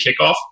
kickoff